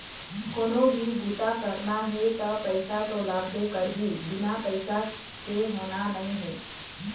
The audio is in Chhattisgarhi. कोनो भी बूता करना हे त पइसा तो लागबे करही, बिना पइसा के होना नइ हे